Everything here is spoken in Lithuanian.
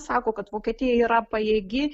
sako kad vokietija yra pajėgi